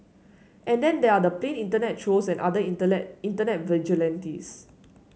and then there are the plain internet trolls and other internet internet vigilantes